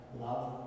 love